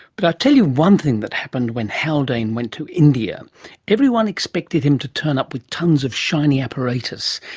but i'll tell you one thing that happened when haldane went to india everyone expected him to turn up with tons of shiny apparatus.